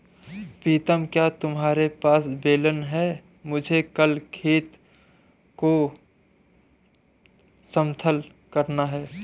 प्रीतम क्या तुम्हारे पास बेलन है मुझे कल खेत को समतल करना है?